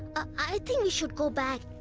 i think we should go back.